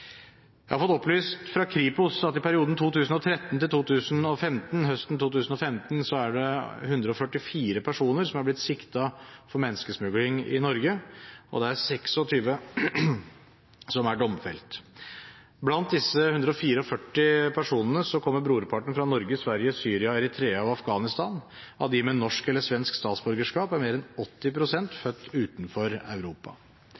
Jeg har fått opplyst fra Kripos at i perioden 2013–høsten 2015 er det 144 personer som er blitt siktet for menneskesmugling i Norge, og det er 26 som er domfelt. Blant disse 144 personene kommer brorparten fra Norge, Sverige, Syria, Eritrea og Afghanistan. Av dem med norsk eller svensk statsborgerskap er mer enn 80 pst. født utenfor Europa.